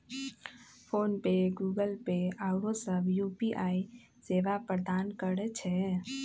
PhonePe, Google Pay आउरो सभ UPI सेवा प्रदान करै छै